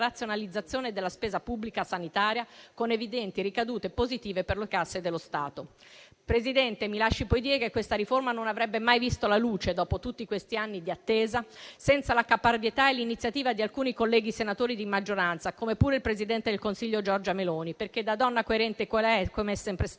della spesa pubblica sanitaria con evidenti ricadute positive sulle casse dello Stato. Signor Presidente, mi lasci poi dire che questa riforma non avrebbe mai visto la luce dopo tutti questi anni di attesa, senza la caparbietà e l'iniziativa di alcuni colleghi senatori di maggioranza, come pure del presidente del Consiglio Giorgia Meloni, perché, da donna coerente qual è (com'è sempre stata,